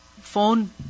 phone